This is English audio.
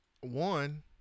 One